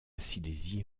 silésie